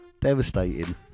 Devastating